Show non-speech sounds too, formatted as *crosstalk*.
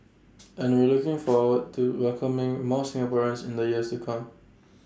and we're looking *noise* forward to welcoming more Singaporeans in the years to come